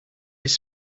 his